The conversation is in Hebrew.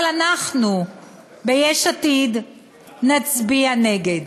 אבל אנחנו ביש עתיד נצביע נגד.